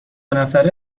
نفره